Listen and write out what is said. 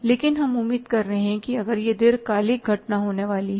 लेकिन हम उम्मीद कर रहे हैं कि अगर यह एक दीर्घकालिक घटना होने वाली है